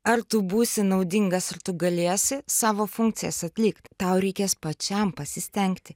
ar tu būsi naudingas ir tu galėsi savo funkcijas atlikt tau reikės pačiam pasistengti